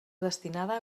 destinada